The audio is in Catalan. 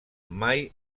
mai